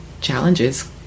challenges